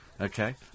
okay